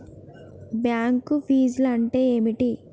Bank ఫీజ్లు అంటే ఏమిటి?